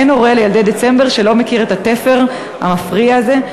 אין הורה לילדי דצמבר שלא מכיר את התפר המפריע הזה,